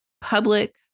public